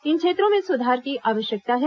इन क्षेत्रों में सुधार की आवश्यकता है